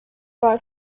bought